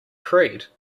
creed